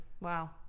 Wow